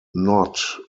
not